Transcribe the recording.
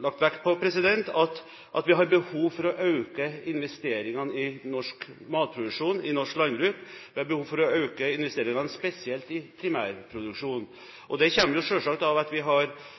lagt vekt på, at vi har behov for å øke investeringene i norsk landbruks matproduksjon. Vi har behov for å øke investeringene spesielt i primærproduksjonen. Det kommer selvsagt av at vi har